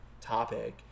topic